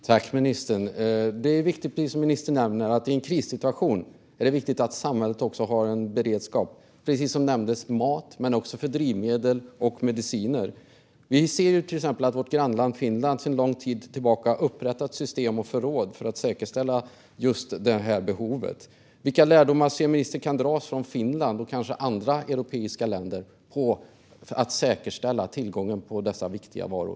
Fru talman! I en krissituation är det, precis som ministern nämnde, viktigt att samhället har beredskap när det gäller mat, drivmedel och mediciner. Vi ser till exempel att vårt grannland Finland sedan lång tid har upprättat system och förråd för att säkerställa att man kan klara av detta behov. Vilka lärdomar ser ministern att vi kan dra av Finland och kanske andra europeiska länder när det gäller att säkerställa tillgången till dessa viktiga varor?